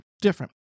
different